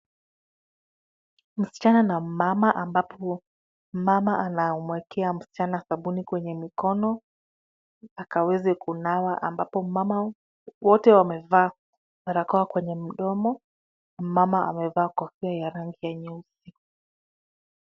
Msichana na mama ambapo mama anamwekea msichana sabuni kwenye mikono akaweze kunawa, ambapo wote wamevaa barakoa kwenye mdomo. Mama amevaa kofia ya rangi ya nyeusi.